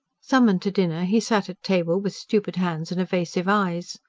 summoned to dinner, he sat at table with stupid hands and evasive eyes.